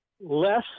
Less